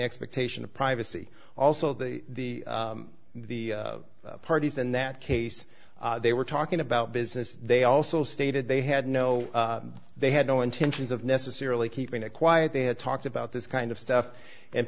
expectation of privacy also the the parties in that case they were talking about business they also stated they had no they had no intentions of necessarily keeping it quiet they had talked about this kind of stuff in